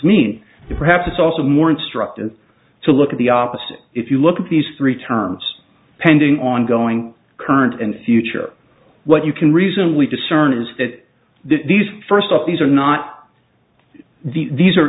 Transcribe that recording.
mean perhaps it's also more instructive to look at the opposite if you look at these three terms pending ongoing current and future what you can reasonably discern is that these first of these are not the these are